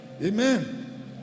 Amen